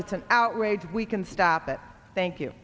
is an outrage we can stop it thank you